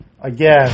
again